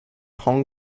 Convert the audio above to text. hong